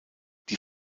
die